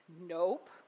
Nope